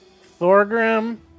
Thorgrim